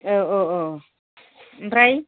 औ औ औ ओमफ्राय